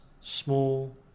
small